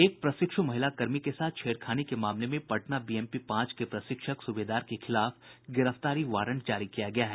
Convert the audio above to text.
एक प्रशिक्षु महिला पुलिस कर्मी के साथ छेड़खानी के मामले में पटना बीएमपी पांच के प्रशिक्षक सूबेदार के खिलाफ गिरफ्तारी वारंट जारी किया गया है